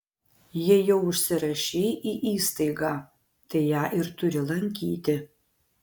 jei jau užsirašei į įstaigą tai ją ir turi lankyti